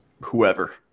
whoever